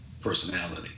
personality